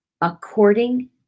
according